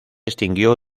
extinguió